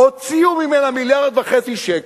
הוציאו ממנה 1.5 מיליארד שקל